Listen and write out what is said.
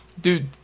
Dude